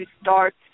start